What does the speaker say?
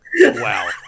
Wow